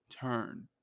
turn